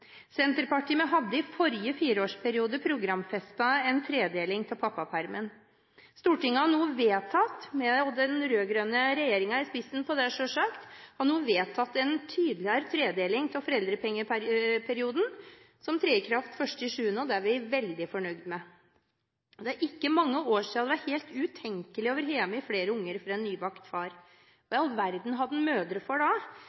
Senterpartiet hadde i forrige fireårsperiode programfestet en tredeling av pappapermen. Stortinget har nå vedtatt – med den rød-grønne regjeringen i spissen for det, selvsagt – en tydeligere tredeling av foreldrepengeperioden, som trer i kraft 1. juli. Det er vi veldig fornøyd med. Det er ikke mange år siden det var helt utenkelig å være hjemme med flere unger for en nybakt far – hva i all verden hadde man mødre for da?